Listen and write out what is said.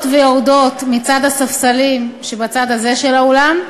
ויורדות מצד הספסלים שבצד הזה של האולם,